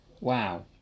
Wow